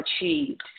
achieved